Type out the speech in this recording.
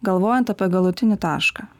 galvojant apie galutinį tašką